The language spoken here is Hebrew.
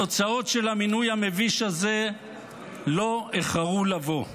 התוצאות של המינוי המביש הזה לא איחרו לבוא.